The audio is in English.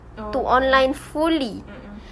oh okay mm mm